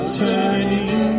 turning